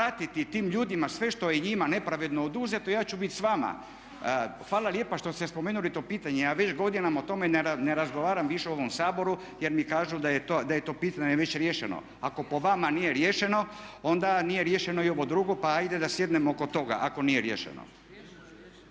vratiti tim ljudima sve što je njima nepravedno oduzeto ja ću biti s vama. Hvala lijepa što ste spomenuli to pitanje, a već godinama o tome ne razgovaram više u ovom Saboru jer mi kažu da je to pitanje već riješeno. Ako po vama nije riješeno, onda nije riješeno ni ovo drugo, pa ajde da sjednemo oko toga ako nije riješeno.